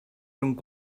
rhwng